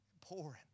pouring